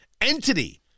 entity